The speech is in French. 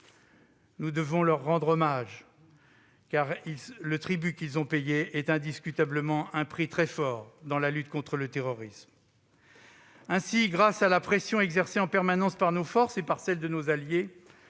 Nous devons leur rendre hommage, car le tribut qu'ils ont payé est indiscutablement un prix très fort dans la lutte contre le terrorisme. Ainsi, grâce à la pression exercée en permanence par nos forces et par celles de nos alliés,